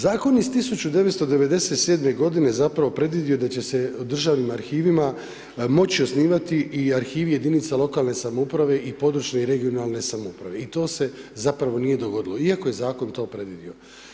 Zakon iz 1997. godine zapravo predvidio u državnim arhivima moći osnivati i arhivi jedinica lokalne samouprave i područne (regionalne) samouprave i to se zapravo nije dogodilo iako je zakon to predvidio.